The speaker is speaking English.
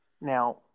Now